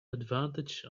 advantage